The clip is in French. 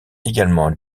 également